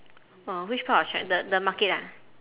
orh which part of china~ the the market ah